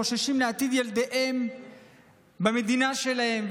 חוששים לעתיד ילדיהם במדינה שלהם,